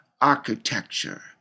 architecture